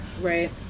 right